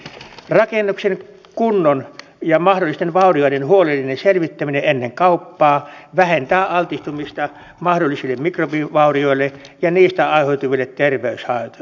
rakennuksen kunnon ja mahdollisten vaurioiden huolellinen selvittäminen ennen kauppaa vähentää altistumista mahdollisille mikrobivaurioille ja niistä aiheutuville terveyshaitoille